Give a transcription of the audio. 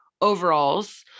overalls